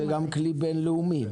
זה גם כלי בין-לאומי?